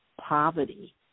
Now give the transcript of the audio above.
poverty